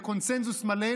בקונסנזוס מלא,